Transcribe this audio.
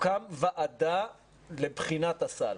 תוקם ועדה לבחינת הסל,